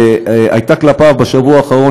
שהייתה כלפיו בשבוע האחרון,